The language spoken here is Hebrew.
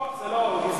לרצוח זה לא גזעני.